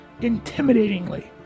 intimidatingly